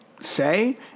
say